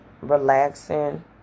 relaxing